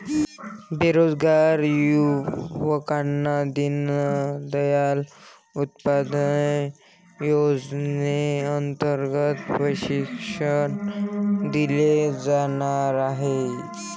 बेरोजगार युवकांना दीनदयाल उपाध्याय योजनेअंतर्गत प्रशिक्षण दिले जाणार आहे